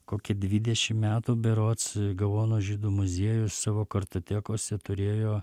kokį dvidešim metų berods gaono žydų muziejus savo kartotekose turėjo